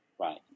Right